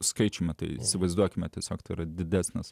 skaičių matai įsivaizduokime tiesiog dar didesnis